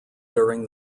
during